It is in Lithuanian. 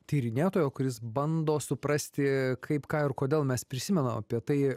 tyrinėtojo kuris bando suprasti kaip ką ir kodėl mes prisimenam apie tai